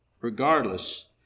regardless